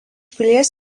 pilies